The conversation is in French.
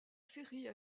série